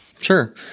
Sure